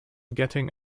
getting